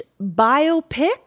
biopic